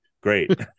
Great